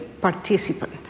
participant